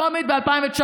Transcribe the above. עבר טרומית ב-2018.